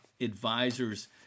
advisors